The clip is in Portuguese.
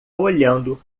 olhando